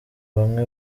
bamwe